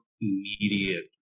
immediate